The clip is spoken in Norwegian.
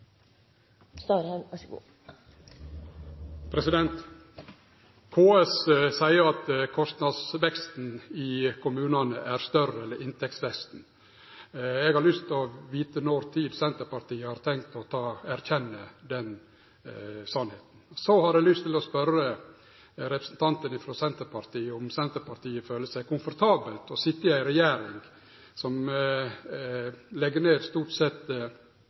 større enn inntektsveksten. Eg har lyst til å vite når Senterpartiet har tenkt å erkjenne den sanninga. Så har eg lyst til å spørje representanten frå Senterpartiet om Senterpartiet føler seg komfortabel med i sitje i ei regjering som legg ned stort sett